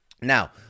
Now